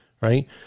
right